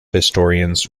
historians